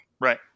Right